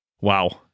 Wow